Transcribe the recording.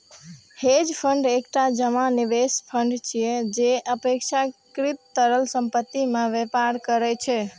hedge fund एकटा जमा निवेश फंड छियै, जे अपेक्षाकृत तरल संपत्ति मे व्यापार करै छै